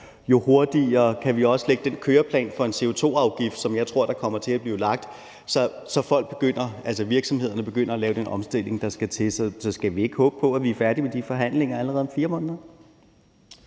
jo hurtigere kan vi også lægge den køreplan for en CO2-afgift, som jeg tror der kommer til at blive lagt, så virksomhederne begynder at lave den omstilling, der skal til. Så skal vi ikke håbe på, at vi er færdige med de forhandlinger allerede om 4 måneder?